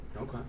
Okay